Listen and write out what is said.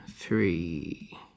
three